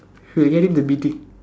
should have get him the beating